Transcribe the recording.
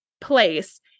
place